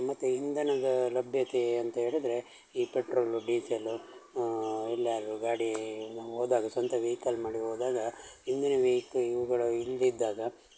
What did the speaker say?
ಮತ್ತು ಇಂಧನದ ಲಭ್ಯತೆ ಅಂತ ಹೇಳದ್ರೆ ಈ ಪೆಟ್ರೋಲು ಡೀಸೆಲು ಎಲ್ಲಿಯಾದ್ರೂ ಗಾಡಿ ಹೋದಾಗ ಸ್ವಂತ ವೆಯ್ಕಲ್ ಮಾಡಿ ಹೋದಾಗ ಹಿಂದಿನ ವೆಯ್ಕ ಇವುಗಳು ಇಲ್ಲದಿದ್ದಾಗ